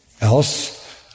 else